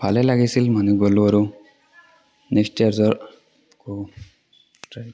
ভালে লাগিছিল মানে গ'লোঁ আৰু নেক্সট ইয়াৰ যোৱাৰ আকৌ ট্ৰাই